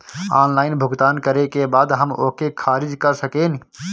Online भुगतान करे के बाद हम ओके खारिज कर सकेनि?